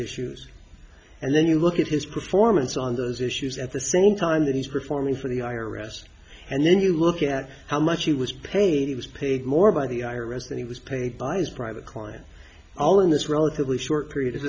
issues and then you look at his performance on those issues at the same time that he's performing for the i r s and then you look at how much he was paid he was paid more by the i r s than he was paid by his private client all in this relatively short period of